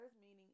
meaning